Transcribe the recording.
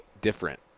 different